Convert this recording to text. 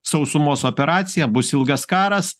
sausumos operacija bus ilgas karas